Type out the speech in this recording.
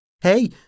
Hey